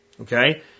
Okay